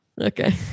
Okay